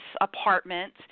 apartment